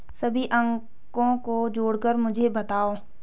सभी अंकों को जोड़कर मुझे बताओ